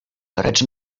precz